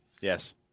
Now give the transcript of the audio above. yes